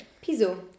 Piso